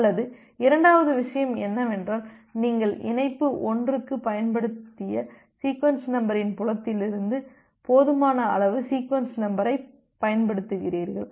அல்லது இரண்டாவது விஷயம் என்னவென்றால் நீங்கள் இணைப்பு 1 க்குப் பயன்படுத்திய சீக்வென்ஸ் நம்பரின் புலத்திலிருந்து போதுமான அளவு சீக்வென்ஸ் நம்பரைப் பயன்படுத்துகிறீர்கள்